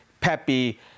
Pepe